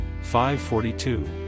542